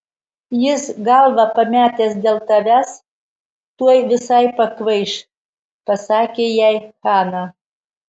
jis galvą pametęs dėl tavęs tuoj visai pakvaiš pasakė jai hana